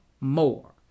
more